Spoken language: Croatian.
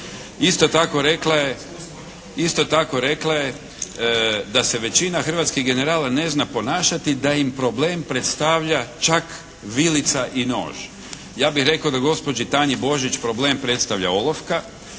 Isto tako rekla je da se većina hrvatskih generala ne zna ponašati, da im problem predstavlja čak vilica i nož. Ja bih rekao da gospođi Tanji Božić problem predstavlja olovka,